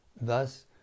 Thus